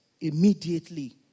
immediately